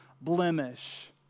blemish